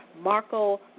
Marco